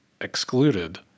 excluded